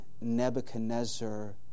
Nebuchadnezzar